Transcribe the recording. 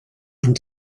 and